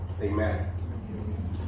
Amen